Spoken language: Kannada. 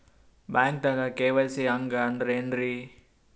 ಬ್ಯಾಂಕ್ದಾಗ ಕೆ.ವೈ.ಸಿ ಹಂಗ್ ಅಂದ್ರೆ ಏನ್ರೀ?